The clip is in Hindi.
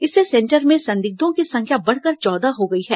इससे सेंटर में संदिग्धों की संख्या बढ़कर चौदह हो गई है